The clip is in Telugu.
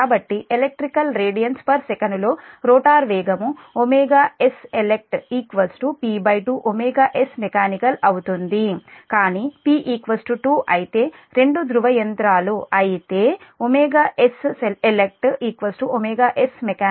కాబట్టి electrical radians second electrical radianssec లో రోటర్ వేగం s electP2 s mech అవుతుంది కానీ P 2 అయితే రెండు ధ్రువ యంత్రం అయితే s elect s mech